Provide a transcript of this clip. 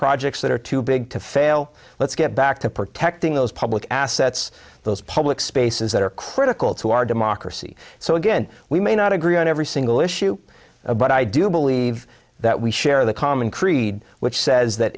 projects that are too big to fail let's get back to protecting those public assets those public spaces that are critical to our democracy so again we may not agree on every single issue but i do believe that we share the creed which says that